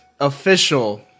official